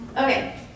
okay